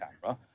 camera